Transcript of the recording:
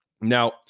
Now